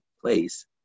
place